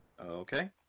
Okay